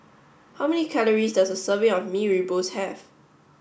how many calories does a serving of Mee Rebus have